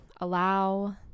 allow